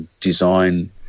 Design